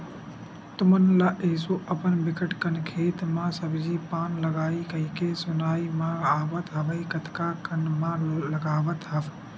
तुमन ल एसो अपन बिकट कन खेत म सब्जी पान लगाही कहिके सुनाई म आवत हवय कतका कन म लगावत हव?